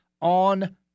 on